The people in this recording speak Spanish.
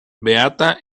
beata